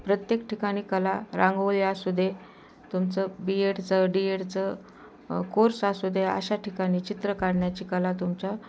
प्रत्येक ठिकाणी कला रांगोळी असू दे तुमचं बी एडचं डी एडचं कोर्स असू दे अशा ठिकाणी चित्र काढण्याची कला तुमच्या